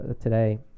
today